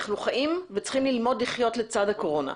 אנחנו חיים וצריכים לחיות לצד הקורונה.